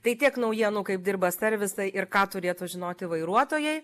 tai tiek naujienų kaip dirba servisai ir ką turėtų žinoti vairuotojai